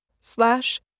Slash